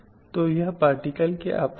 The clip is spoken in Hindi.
जो यहां जमानत का सामना कर रहे थे